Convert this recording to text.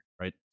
right